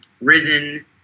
risen